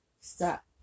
stop